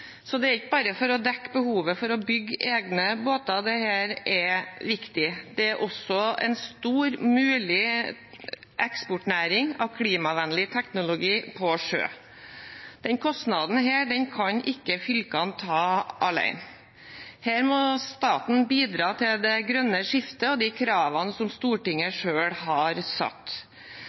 så det er ikke bare for å dekke behovet for å bygge egne båter dette er viktig – klimavennlig teknologi på sjø er også en stor mulig eksportnæring. Denne kostnaden kan ikke fylkene ta alene. Her må staten bidra til det grønne skiftet og de kravene som Stortinget selv har satt.